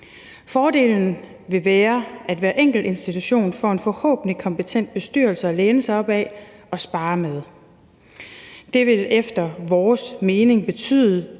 Fordelen vil være, at hver enkelt institution får en forhåbentlig kompetent bestyrelse at læne sig op ad og sparre med. Det vil efter vores mening betyde,